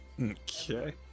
okay